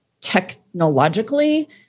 technologically